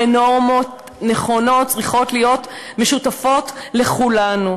נורמות נכונות צריכות להיות משותפות לכולנו.